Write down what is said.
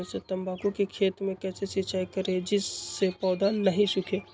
तम्बाकू के खेत मे कैसे सिंचाई करें जिस से पौधा नहीं सूखे?